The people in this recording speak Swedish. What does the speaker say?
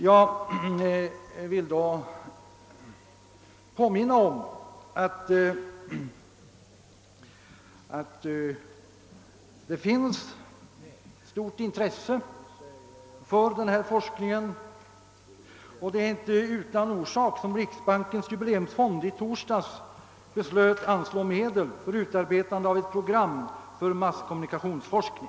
Jag vill påminna om att det finns ett stort intresse för forskning på detta område. Det är inte utan orsak som Riksbankens jubileumsfond i torsdags beslöt anslå medel för utarbetande av ett program för masskommunikationsforskning.